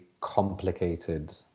complicated